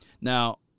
Now